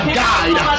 guide